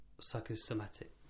psychosomatic